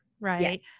right